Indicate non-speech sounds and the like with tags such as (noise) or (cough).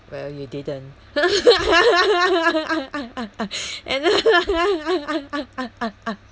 well you didn't (laughs) and then (laughs)